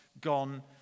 gone